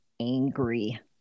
angry